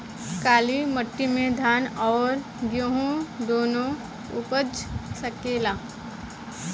काली माटी मे धान और गेंहू दुनो उपज सकेला?